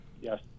Yes